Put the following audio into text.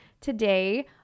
today